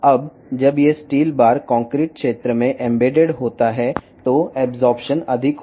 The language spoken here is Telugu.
ఇప్పుడు ఈ స్టీల్ బార్లను కాంక్రీట్ ప్రాంతంలో పొందుపరిచినప్పుడు అబ్సార్ప్షన్ ఎక్కువగా ఉంది